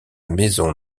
maison